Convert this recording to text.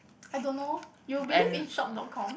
I don't know you believe in shop dot com